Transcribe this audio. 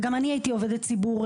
וגם אני הייתי עובדת ציבור,